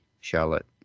Charlotte